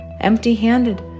empty-handed